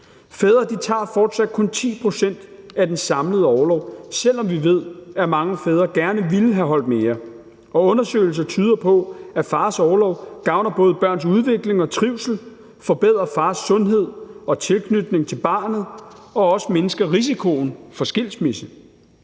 Fædre tager fortsat kun 10 pct. af den samlede orlov, selv om vi ved, at mange fædre gerne ville have holdt mere. Og undersøgelser tyder på, at fars orlov gavner både børns udvikling og trivsel, forbedrer fars sundhed og tilknytning til barnet og også mindsker risikoen for skilsmisse.